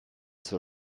zur